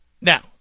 Now